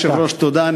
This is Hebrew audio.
אדוני היושב-ראש, תודה.